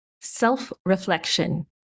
self-reflection